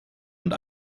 und